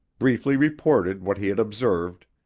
briefly reported what he had observed,